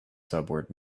subword